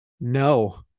No